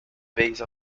base